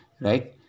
right